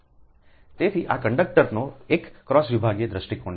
તેથી આ કંડક્ટરનો એક ક્રોસ વિભાગીય દૃષ્ટિકોણ છે